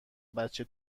بچه